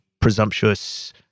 presumptuous